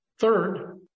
Third